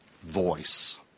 voice